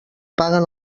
paguen